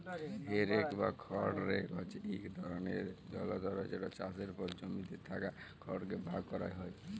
হে rake বা খড় rake হছে ইক ধরলের যলতর যেট চাষের পর জমিতে থ্যাকা খড়কে ভাগ ক্যরা হ্যয়